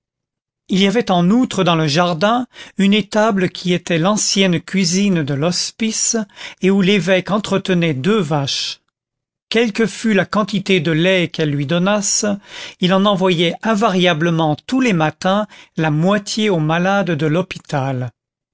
il y avait en outre dans le jardin une étable qui était l'ancienne cuisine de l'hospice et où l'évêque entretenait deux vaches quelle que fût la quantité de lait qu'elles lui donnassent il en envoyait invariablement tous les matins la moitié aux malades de l'hôpital